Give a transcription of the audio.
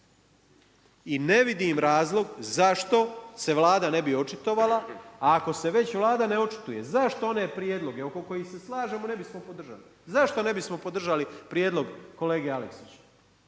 I ne vidim razlog zašto se Vlada ne bi očitovala ako se već Vlada ne očituje zašto one prijedloge oko kojih se slažemo ne bismo podržali, zašto ne bismo podržali prijedlog kolege Aleksića.